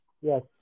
Yes